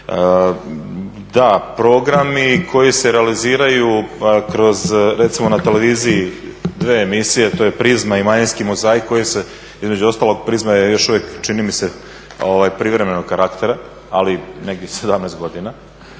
Da, programi koji se realiziraju kroz recimo na televiziji 2 emisije, to je Prizma i Manjinski mozaik koje se, između ostalog Prizma je još uvijek čini mi se privremenog karaktera ali nekih 17 godina.